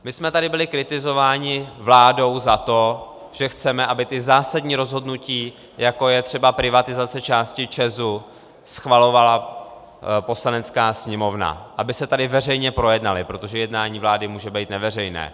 My jsme tady byli kritizováni vládou za to, že chceme, aby zásadní rozhodnutí, jako je třeba privatizace části ČEZu, schvalovala Poslanecká sněmovna, aby se tady veřejně projednaly, protože jednání vlády může být neveřejné.